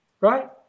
right